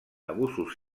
abusos